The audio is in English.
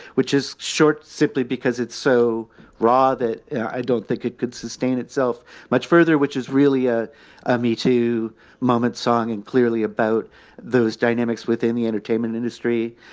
which is short simply because it's so raw that i don't think it could sustain itself much further, which is really a ah metoo moment song and clearly about those dynamics within the entertainment industry.